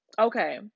Okay